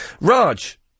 Raj